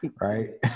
right